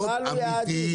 קיבלנו יעדים.